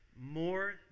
more